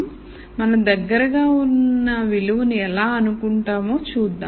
కాబట్టి మనం దగ్గరగా ఉన్నవిలువను ఎలా అనుకుంటామో చూద్దాం